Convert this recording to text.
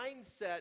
mindset